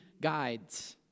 guides